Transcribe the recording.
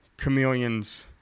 Chameleons